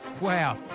Wow